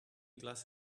glass